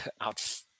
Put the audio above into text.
out